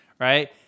right